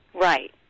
Right